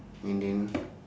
and then